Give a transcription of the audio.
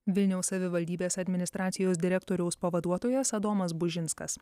vilniaus savivaldybės administracijos direktoriaus pavaduotojas adomas bužinskas